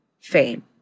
fame